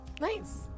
nice